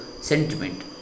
sentiment